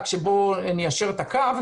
רק ניישר את הקו,